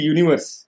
Universe